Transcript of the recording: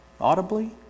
audibly